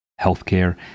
healthcare